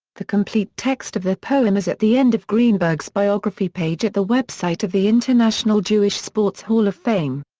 the complete text of the poem is at the end of greenberg's biography page at the website of the international jewish sports hall of fame.